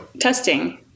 testing